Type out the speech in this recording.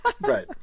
right